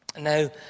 Now